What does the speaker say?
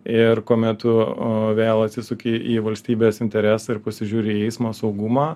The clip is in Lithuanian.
ir kuomet tu vėl atsisuki į valstybės interesą ir pasižiūri į eismo saugumą